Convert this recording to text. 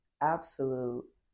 absolute